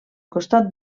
costat